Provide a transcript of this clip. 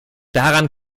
daran